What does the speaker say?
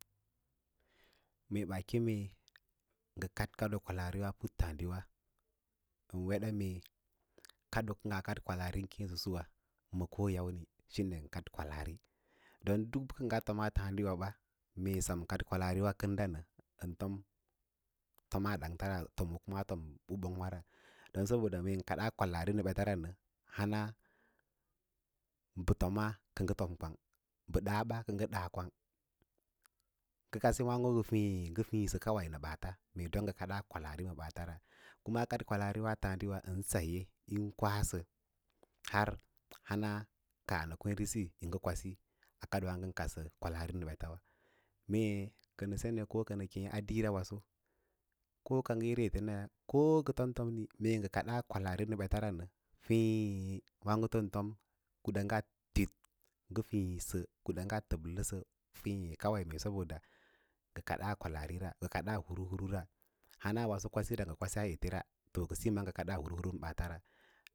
Mee baa keme ngokad kwalaari wa puttǎǎdiwa ən weɗa mee kaɗoo kə ngaa kaɗ kwalaari fuwa ma koyâmní shine ngə kad kwalaari don ɗak bə kə ngaa maa tǎǎdliwa da nə ən tom timaa ɗanta ra ko kuma tonaa bə ɓongba ra dou saboda mee ngə kaɗaa kwalaari ma ɓeta ra nə han a bə tomaa kə ngə tow kwang bə ɗama ba kəngə ɗa kwang ngase waãgo ngə fiĩsə ma ɓaata mee don ngə kada kwalaari ma ɓaata ra kuma kada kwalaari wa a tǎǎɗiwa ndə saye yín kwasə har hana kaa ma kweẽnesí kíyin kwasi a kaɗ waãgo ngən kadsə kwalaari ma ɓatəus. Mee kənə seneko konə ɗini ɗiire waso ko ka ngə īrin ete nayâ ko ngə tom tomni mee ngə kadaa kwalaari ma ɓetara nə feê wǎǎgəto ən tom kuɗa tib ngə fiisə təbləsə fěě kawai saboda ngə kadaa kwalaari ra kadaa huru hurura hona kivasira ngə kwasaa ete ra to ndə síyo ngə kaɗa huu hu ma ɓaatara.